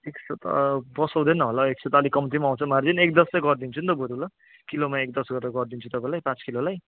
एक सौ त पोसाउँदैन होला एक सौ त अलि कम्तीमा आउँछ मार्जिन एक दस चाहिँ गरिदिन्छु नि त बरू ल किलोमा एक दस गरेर गरिदिन्छु तपाईँलाई पाँच किलोलाई